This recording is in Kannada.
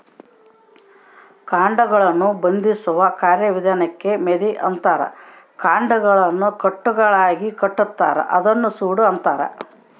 ಕಾಂಡಗಳನ್ನು ಬಂಧಿಸುವ ಕಾರ್ಯವಿಧಾನಕ್ಕೆ ಮೆದೆ ಅಂತಾರ ಕಾಂಡಗಳನ್ನು ಕಟ್ಟುಗಳಾಗಿಕಟ್ಟುತಾರ ಅದನ್ನ ಸೂಡು ಅಂತಾರ